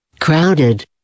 Crowded